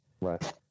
Right